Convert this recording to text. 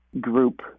group